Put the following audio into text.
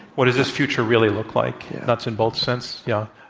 what does this future really look like? nuts and bolts sense yeah.